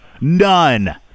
None